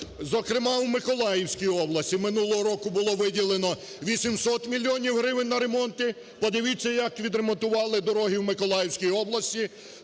Зокрема, у Миколаївській області минулого року було виділено 800 мільйонів гривень на ремонти. Подивіться, як відремонтували дороги в Миколаївській області.